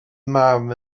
mam